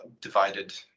divided